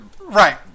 Right